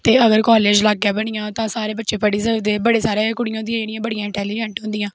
ते अगर कालेज लाग्गै बनी जा तां सारे बच्चे पढ़ी सकदे बड़ियां सारियां कुड़ियां होंदियां जेह्ड़ियां बड़ियां इंटैलिजैंट होंदियां